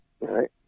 right